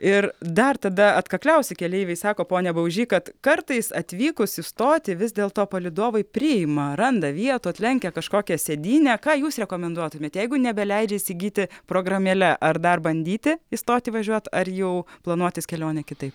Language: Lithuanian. ir dar tada atkakliausi keleiviai sako pone baužy kad kartais atvykus į stotį vis dėl to palydovai priima randa vietų atlenkia kažkokią sėdynę ką jūs rekomenduotumėt jeigu nebeleidžia įsigyti programėle ar dar bandyti į stotį važiuot ar jau planuotis kelionę kitai